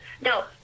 no